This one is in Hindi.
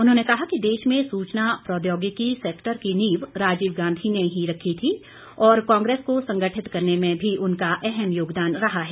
उन्होंने कहा कि देश में सूचना प्रौद्योगिकी सेक्टर की नींव राजीव गांधी ने ही रखी थी और कांग्रेस को संगठित करने में भी उनका अहम् योगदान रहा है